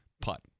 Putt